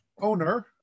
owner